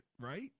right